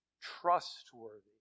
trustworthy